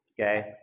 Okay